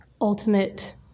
ultimate